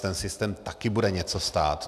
Ten systém taky bude něco stát.